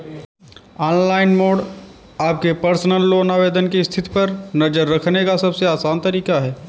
online mode आपके personal loan आवेदन की स्थिति पर नज़र रखने का सबसे आसान तरीका है